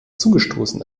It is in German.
zugestoßen